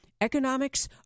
Economics